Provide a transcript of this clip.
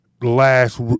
last